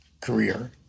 career